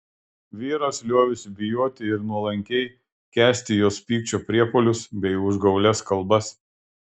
vyras liovėsi bijoti ir nuolankiai kęsti jos pykčio priepuolius bei užgaulias kalbas